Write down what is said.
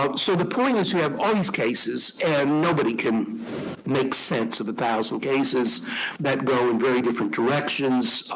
ah so the point is you have all these cases, and nobody can make sense of one thousand cases that go in very different directions.